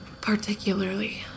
particularly